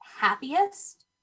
Happiest